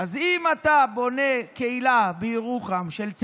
אז אם אתה בונה קהילה של צעירים